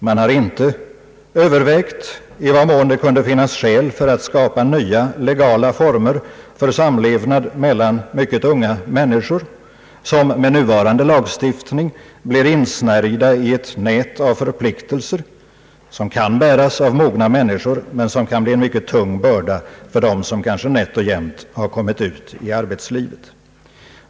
Man har inte övervägt i vad mån det kunde finnas skäl för att skapa nya legala former för samlevnad mellan mycket unga människor som med nuvarande lagstiftning blir insnärjda i ett nät av förpliktelser, som kan bäras av mogna människor men som kan bli en mycket tung börda för dem som kanske nätt och jämnt kommit ut i arbetslivet.